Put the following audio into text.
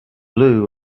blew